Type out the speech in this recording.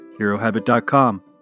HeroHabit.com